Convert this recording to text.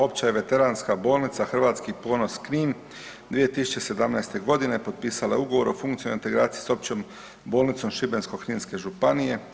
Opća i veteranska bolnica „Hrvatski ponos“ Knin 2017. godine potpisala je ugovor o funkcionalnoj integraciji sa Općom bolnicom Šibensko-kninske županije.